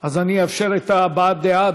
אז אני אאפשר הבעת דעה.